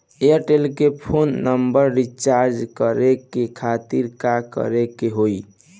Airtel के phone number recharge करे के खातिर का करे के होई?